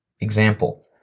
Example